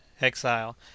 Exile